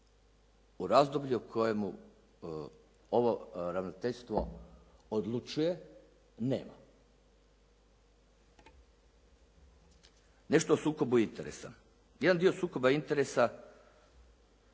u razdoblju u kojemu ovo ravnateljstvo odlučuje nema. Nešto o sukobu interesa. Jedan dio sukoba interesa